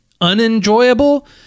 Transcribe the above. unenjoyable